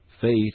faith